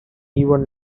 even